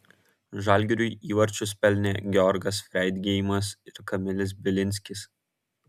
žalgiriui įvarčius pelnė georgas freidgeimas ir kamilis bilinskis